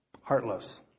heartless